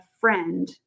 friend